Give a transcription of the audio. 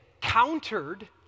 countered